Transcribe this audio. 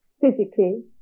physically